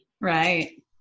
Right